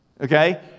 okay